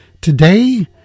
Today